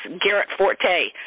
Garrett-Forte